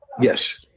Yes